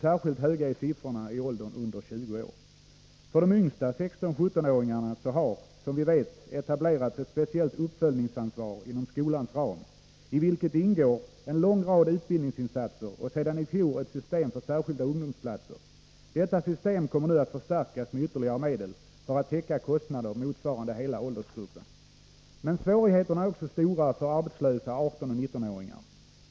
Särskilt höga är siffrorna i åldern under 20 år. För de yngsta, 16-17-åringarna, har det som vi vet etablerats ett speciellt uppföljningsansvar inom skolans ram, i vilket ingår en lång rad utbildningsinsatser och sedan i fjol ett system för särskilda ungdomsplatser. Detta system kommer nu att förstärkas med ytterligare medel för att täcka kostnader motsvarande hela åldersgruppen. Men svårigheterna är också stora för arbetslösa 18-19-åringar.